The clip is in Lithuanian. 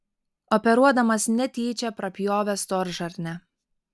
operuodamas netyčia prapjovė storžarnę